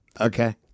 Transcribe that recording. Okay